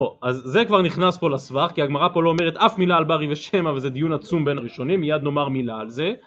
אז זה כבר נכנס פה לסבך, כי הגמרא פה לא אומרת אף מילה על בריא ושמא, וזה דיון עצום בין הראשונים, מיד נאמר מילה על זה